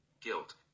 Guilt